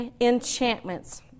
Enchantments